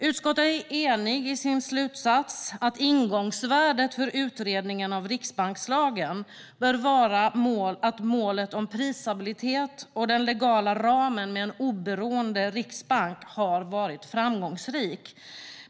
Utskottet är enigt i sin slutsats att ingångsvärdet för utredningen av riksbankslagen bör vara att målet om prisstabilitet och den legala ramen med en oberoende riksbank har varit framgångsrik.